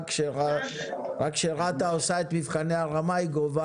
רק כשרת"א עושה את מבחני הרמה היא גובה